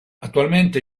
attualmente